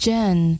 Jen